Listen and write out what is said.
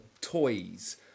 toys